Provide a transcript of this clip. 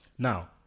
Now